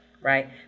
right